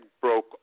broke